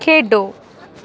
ਖੇਡੋ